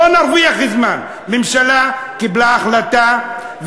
הממשלה קיבלה החלטה,